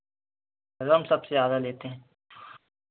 रम सबसे ज़्यादा लेते हैं